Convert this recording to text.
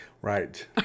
Right